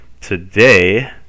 Today